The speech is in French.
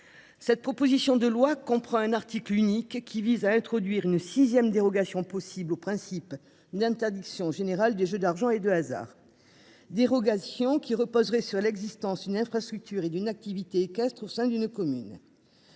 Cette proposition de loi comprend un article unique, qui vise à être conduire une 6ème dérogation. Son possible au principe une interdiction générale des jeux d'argent et de hasard. Dérogation qui reposerait sur l'existence une infrastructure et d'une activité équestre au sein d'une commune.